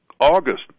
August